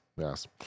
Yes